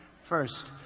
First